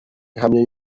ihamye